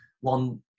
one